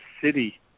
city